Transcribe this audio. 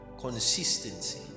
consistency